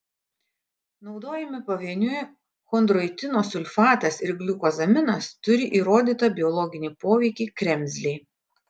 naudojami pavieniui chondroitino sulfatas ir gliukozaminas turi įrodytą biologinį poveikį kremzlei